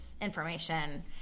information